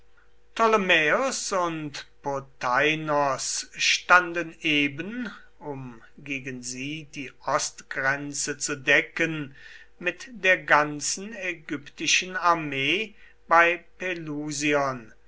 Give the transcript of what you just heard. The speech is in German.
und potheinos standen eben um gegen sie die ostgrenze zu decken mit der ganzen ägyptischen armee bei pelusion